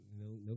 No